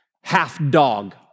half-dog